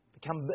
become